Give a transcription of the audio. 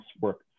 work